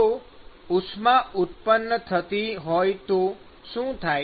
જો ઉષ્મા ઉત્પન્ન થતી હોય તો શું થાય